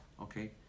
Okay